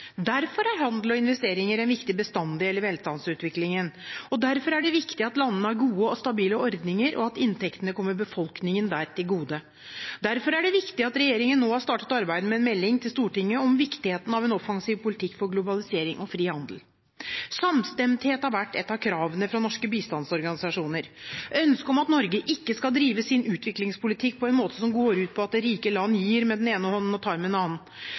Derfor er handel og investeringer en viktig bestanddel i velstandsutviklingen. Derfor er det viktig at landene har gode og stabile ordninger, og at inntektene kommer befolkningen der til gode. Derfor er det viktig at regjeringen nå har startet arbeidet med en melding til Stortinget om viktigheten av en offensiv politikk for globalisering og frihandel. Samstemthet har vært et av kravene fra norske bistandsorganisasjoner. De har ønsket at Norge ikke skal drive sin utviklingspolitikk på en måte som går ut på at rike land gir med den ene hånden og tar med den